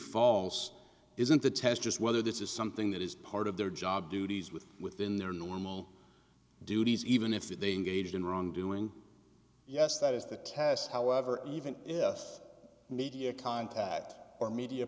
false isn't the test just whether this is something that is part of their job duties with within their normal duties even if they engage in wrongdoing yes that is the test however even if media contact or media